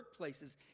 workplaces